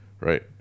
right